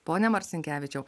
pone marcinkevičiau